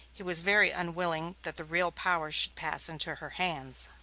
he was very unwilling that the real power should pass into her hands.